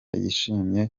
yishimye